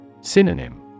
Synonym